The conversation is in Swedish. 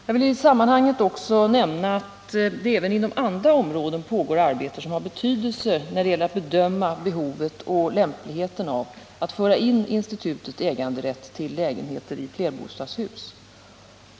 Jag vill i sammanhanget också nämna att det även inom andra områden pågår arbete som har betydelse när det gäller att bedöma behovet och lämpligheten av att föra in institutet äganderätt till lägenheter i flerbostadshus.